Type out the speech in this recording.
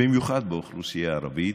במיוחד באוכלוסייה הערבית,